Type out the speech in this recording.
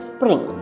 Spring